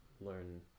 learn